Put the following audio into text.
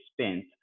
spent